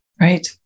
Right